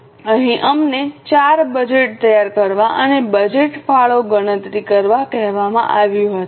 તેથી અહીં અમને 4 બજેટ તૈયાર કરવા અને બજેટ ફાળો ગણતરી કરવા કહેવામાં આવ્યું હતું